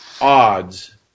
odds